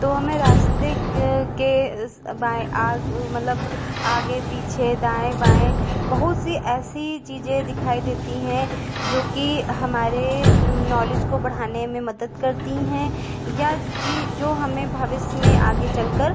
तो हमें रास्ते के बाऍं मतलब आगे पीछे दाएँ बाऍं बहुत सी ऐसी चीज़ें दिखाई देती हैं जो कि हमारे नॉलेज को बढ़ाने में मदद करती हैं या जी जो हमें भविष्य में आगे चलकर